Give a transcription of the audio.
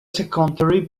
secondary